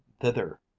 thither